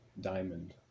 diamond